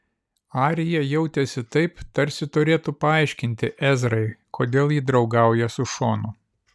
arija jautėsi taip tarsi turėtų paaiškinti ezrai kodėl ji draugauja su šonu